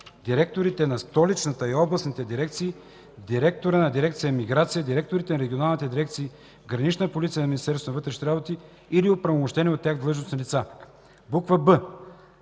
директорите на Столичната и областните дирекции, директора на дирекция „Миграция”, директорите на регионалните дирекции „Гранична полиция” на Министерството на вътрешните работи или на оправомощени от тях длъжностни лица.”; б)